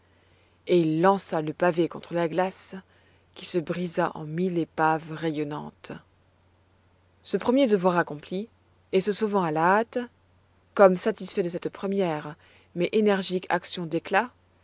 et il lança le pavé contre la glace qui se brisa en mille épaves rayonnantes ce premier devoir accompli et se sauvant à la hâte comme satisfait de cette première mais énergique action d'éclat